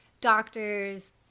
doctors